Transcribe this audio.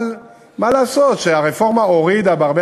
אבל מה לעשות שהרפורמה הורידה בהרבה